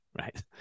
right